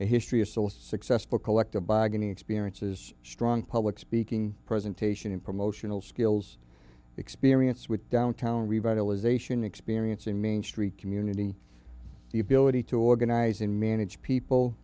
a history of still a successful collective bargaining experiences strong public speaking presentation and promotional skills experience with downtown revitalization experience in main street community the ability to organize in manage people